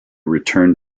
return